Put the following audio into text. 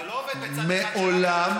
מעולם,